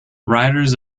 writers